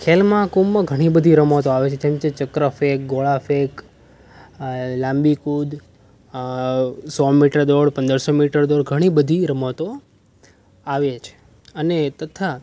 ખેલ મહાકુંભમાં ઘણી બધી રમતો આવે છે જેમ છે ચક્ર ફેંક ગોળા ફેંક લાંબી કૂદ સો મીટર દોડ પંદરસો મીટર દોડ ઘણી બધી રમતો આવે છે અને તથા